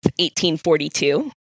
1842